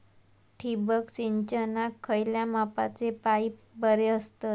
ठिबक सिंचनाक खयल्या मापाचे पाईप बरे असतत?